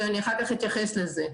אחר כך אתייחס לזה.